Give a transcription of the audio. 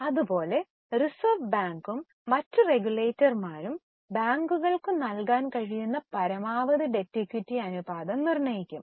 അതുപോലെ റിസർവ് ബാങ്കും മറ്റു റെഗുലേറ്റർമാരും ബാങ്കുകൾക്കു നല്കാൻകഴിയുന്ന പരമാവധി ഡെറ്റ് ഇക്വിറ്റി അനുപാതം നിർണയിക്കും